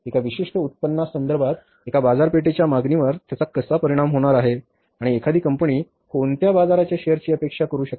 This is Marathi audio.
एका विशिष्ट उत्पादनासंदर्भात एकूण बाजारपेठेच्या मागणीवर त्यांचा कसा परिणाम होणार आहे आणि एखादी कंपनी कोणत्या बाजाराच्या शेअरची अपेक्षा करू शकते